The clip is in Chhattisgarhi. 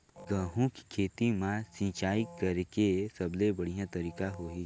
गंहू के खेती मां सिंचाई करेके सबले बढ़िया तरीका होही?